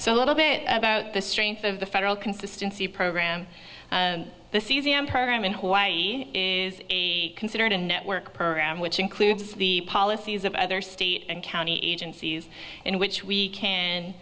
so a little bit about the strength of the federal consistency program the caesium program in hawaii is considered a network program which includes the policies of other state and county agencies in which we can